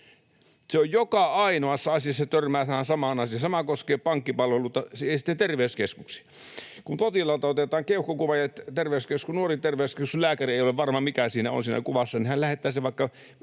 Joka ainoassa asiassa törmää tähän samaan asiaan. Sama koskee pankkipalveluita, ja sitten terveyskeskuksia: Kun potilaalta otetaan keuhkokuva ja nuori terveyskeskuslääkäri ei ole varma, mikä siinä kuvassa on, niin hän lähettää sen, vaikka